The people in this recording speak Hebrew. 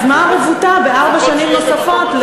אז מה הרבותא בארבע שנים נוספות,